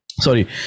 Sorry